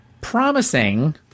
Promising